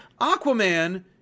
Aquaman